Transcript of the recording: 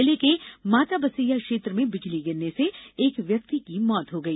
जिले के माता बसैया क्षेत्र में बिजली गिरने से एक व्यक्ति की मौत हो गई